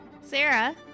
Sarah